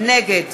נגד